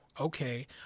okay